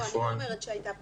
אני לא אומרת שהייתה פגיעה.